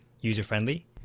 user-friendly